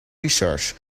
research